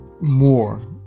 more